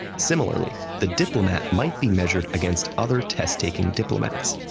similarly, the diplomat might be measured against other test-taking diplomats,